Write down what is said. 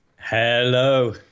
Hello